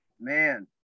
man